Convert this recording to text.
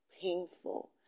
painful